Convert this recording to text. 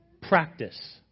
practice